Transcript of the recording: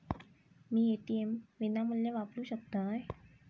मी ATM विनामूल्य वापरू शकतय?